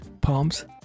palms